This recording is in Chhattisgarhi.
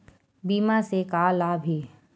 बीमा से का लाभ हे?